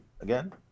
again